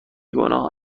گناه